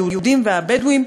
היהודים ובדואים.